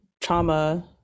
trauma